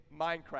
Minecraft